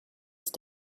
ist